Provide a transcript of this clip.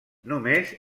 només